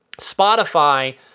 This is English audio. Spotify